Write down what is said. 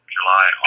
July